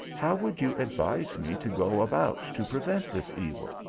how would you advise me to go about to prevent this evil?